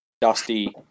dusty